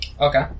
Okay